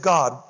God